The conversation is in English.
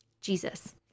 Jesus